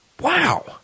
Wow